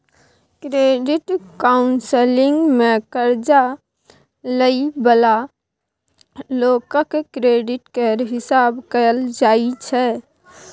credit counselling मे कर्जा लइ बला लोकक क्रेडिट केर हिसाब कएल जाइ छै